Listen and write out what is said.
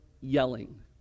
yelling